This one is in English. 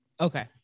Okay